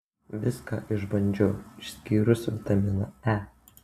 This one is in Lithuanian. viską išbandžiau išskyrus vitaminą e